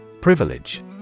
Privilege